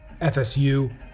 FSU